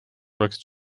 oleksid